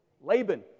Laban